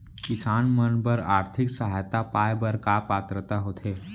किसान मन बर आर्थिक सहायता पाय बर का पात्रता होथे?